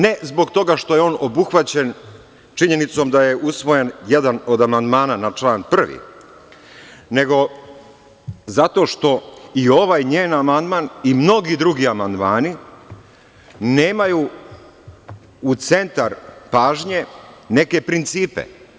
Ne zbog toga što je on obuhvaćen činjenicom da je usvojen jedan od amandmana na član 1, nego zato što i ovaj njen amandman i mnogi drugi amandmani nemaju u centar pažnje neke principe.